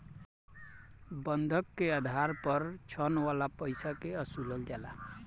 बंधक के आधार पर ऋण वाला पईसा के वसूलल जाला